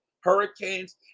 Hurricanes